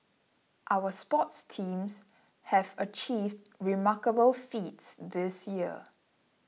our sports teams have achieved remarkable feats this year